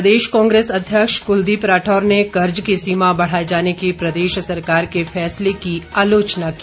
प्रदेश Congress अध्यक्ष कुलदीप राठौर ने कर्ज की सीमा बढ़ाए जाने के प्रदेश सरकार के फैसले की आलोचना की